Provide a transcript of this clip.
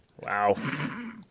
Wow